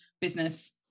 business